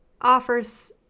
offers